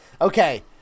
Okay